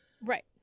Right